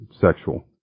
sexual